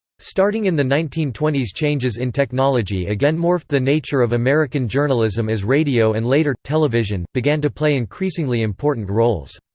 starting in the nineteen twenty s changes in technology again morphed the nature of american journalism as radio and later, television, began to play increasingly important roles.